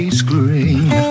screen